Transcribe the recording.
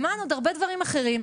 למען עוד הרבה דברים אחרים,